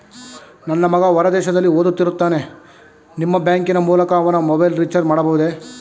ನನ್ನ ಮಗ ಹೊರ ದೇಶದಲ್ಲಿ ಓದುತ್ತಿರುತ್ತಾನೆ ನಿಮ್ಮ ಬ್ಯಾಂಕಿನ ಮೂಲಕ ಅವನ ಮೊಬೈಲ್ ರಿಚಾರ್ಜ್ ಮಾಡಬಹುದೇ?